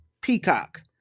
Peacock